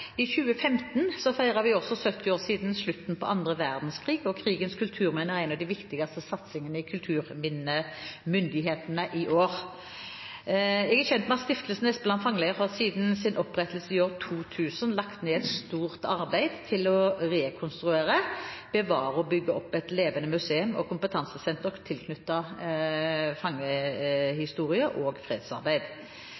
I 2015 feiret vi også 70 år siden slutten på annen verdenskrig. Krigens kulturminner er en av de viktigste satsingene til kulturminnemyndighetene i år. Jeg er kjent med at Stiftelsen Espeland fangeleir siden sin opprettelse i år 2000 har lagt ned et stort arbeid for å rekonstruere, bevare og bygge opp et levende museum og kompetansesenter tilknyttet fangehistorie og fredsarbeid.